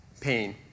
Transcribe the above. pain